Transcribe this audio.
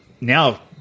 Now